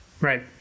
right